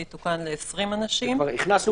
זה יתוקן ל-20 אנשים